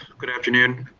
good afternoon.